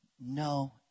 no